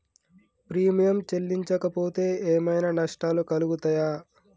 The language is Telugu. ప్రీమియం చెల్లించకపోతే ఏమైనా నష్టాలు కలుగుతయా?